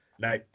No